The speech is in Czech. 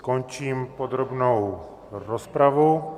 Končím podrobnou rozpravu.